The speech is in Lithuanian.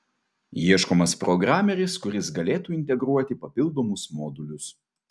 ieškomas programeris kuris galėtų integruoti papildomus modulius